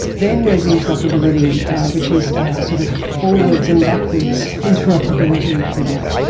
then there's interoperability which is sort of forwards-and-backwards interoperability, if you like,